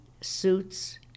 suits